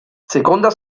seconda